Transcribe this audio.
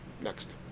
next